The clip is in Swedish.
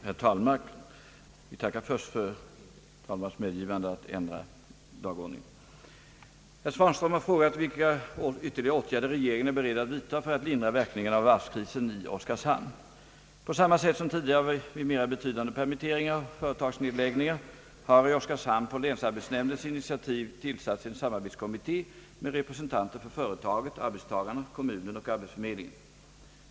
Jag ber först att få tacka för herr andre vice talmannens och kammarens medgivande att ta upp mitt svar först på föredragningslistan. Herr Svanström har frågat mig vilka ytterligare åtgärder regeringen är beredd att vidta för att lindra verkningarna av varvskrisen i Oskarshamn. På samma sätt som tidigare vid mera betydande permitteringar och företagsnedläggningar har i Oskarshamn på länsarbetsnämndens initiativ tillsatts en samarbetskommitté med representanter för företaget, arbetstagarna, kommunen och arbetsförmedlingen.